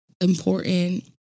important